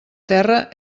terra